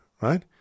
right